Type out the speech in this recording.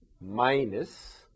minus